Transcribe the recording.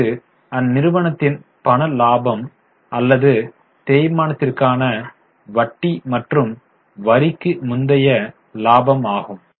இது அந்நிறுவனத்தின் பண லாபம் அல்லது தேய்மானத்திற்க்கான வட்டி மற்றும் வரிக்கு முந்தைய லாபம் ஆகும்